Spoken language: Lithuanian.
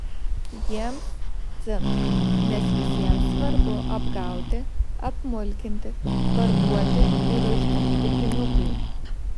jiems dzin nes visiems svarbu apgauti apmulkinti parduoti ir uždirbti pinigų